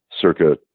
circa